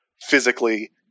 physically